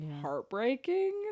heartbreaking